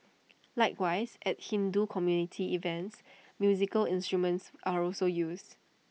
likewise at Hindu community events musical instruments are also used